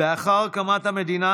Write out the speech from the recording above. לאחר הקמת המדינה,